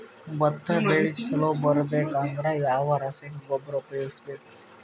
ಭತ್ತ ಬೆಳಿ ಚಲೋ ಬರಬೇಕು ಅಂದ್ರ ಯಾವ ರಾಸಾಯನಿಕ ಗೊಬ್ಬರ ಉಪಯೋಗಿಸ ಬೇಕು?